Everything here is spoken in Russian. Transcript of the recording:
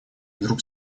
вдруг